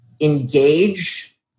engage